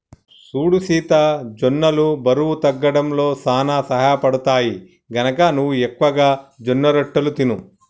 సూడు సీత జొన్నలు బరువు తగ్గడంలో సానా సహయపడుతాయి, గనక నువ్వు ఎక్కువగా జొన్నరొట్టెలు తిను